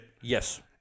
Yes